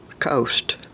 coast